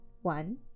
One